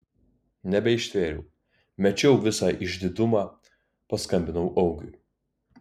nebeištvėriau mečiau visą išdidumą paskambinau augiui